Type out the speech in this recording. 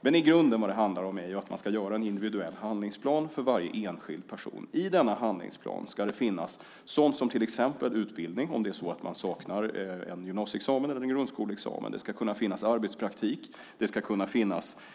Men i grunden handlar det om att göra en individuell handlingsplan för varje enskild person. I denna handlingsplan ska det finnas sådant som till exempel utbildning, om man saknar en gymnasie eller grundskoleexamen, arbetspraktik,